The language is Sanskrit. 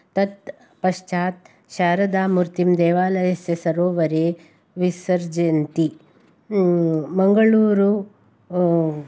तत् पश्चात् शारदामूर्तिं देवालयस्य सरोवरे विसर्जयन्ति मङ्गलूरु